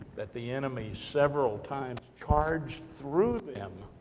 that the enemy, several times, charged through them,